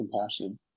compassion